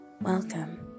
Welcome